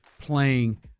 playing